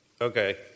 Okay